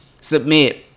submit